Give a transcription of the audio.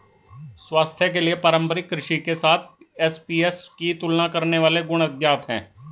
स्वास्थ्य के लिए पारंपरिक कृषि के साथ एसएपीएस की तुलना करने वाले गुण अज्ञात है